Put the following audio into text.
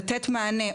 לתת מענה,